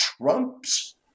Trump's